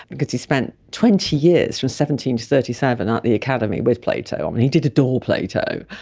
because he spent twenty years from seventeen to thirty seven at the academy with plato, um and he did adore plato,